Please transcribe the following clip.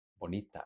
bonita